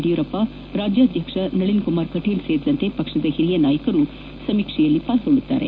ಯಡಿಯೂರಪ್ಪ ರಾಜ್ಯಾಧಕ್ಷಕ್ಷ ನಳನ್ ಕುಮಾರ್ ಕಟೀಲ್ ಸೇರಿದಂತೆ ಪಕ್ಷದ ಹಿರಿಯ ನಾಯಕರು ಪಾಲ್ಗೊಳ್ಳಲಿದ್ದಾರೆ